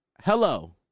hello